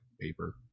paper